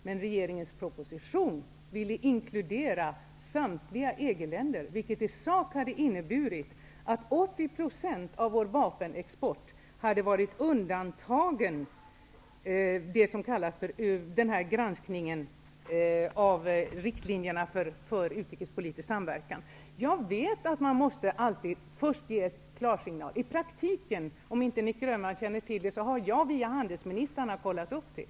Enligt regeringens proposition vill man inkludera samtliga EG-länder, vilket i sak innebär att 80 % av vår vapenexport blir undantagen granskning av riktlinjerna för utrikespolitisk samverkan. Jag vet att man först alltid måste ge klarsignal. Via handelsministrarna har jag -- om Nic Grönvall inte känner till detta -- kollat upp detta.